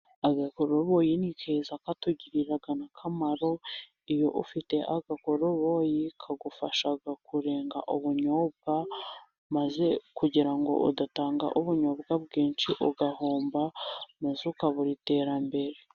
Agakoraboyi ni keza katugirira akamaro, iyo ufite agakoroboyi, kagufasha kurenga ubunyobwa, maze kugira ngo udatanga ubunyobwa bwinshi ugahomba, ukabura iterambere.